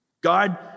God